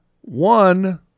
one